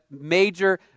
major